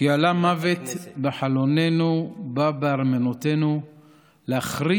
"כי עלה מות בחלונינו בא בארמנותינו להכרית